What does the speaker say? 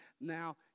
Now